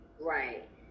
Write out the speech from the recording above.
Right